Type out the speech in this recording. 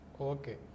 Okay